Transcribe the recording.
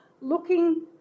looking